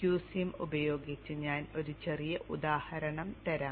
qsim ഉപയോഗിച്ച് ഞാൻ ഒരു ചെറിയ ഉദാഹരണം തരാം